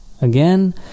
Again